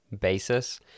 basis